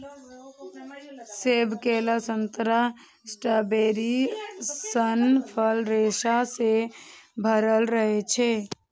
सेब, केला, संतरा, स्ट्रॉबेरी सन फल रेशा सं भरल रहै छै